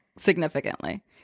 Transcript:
significantly